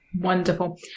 Wonderful